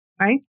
Right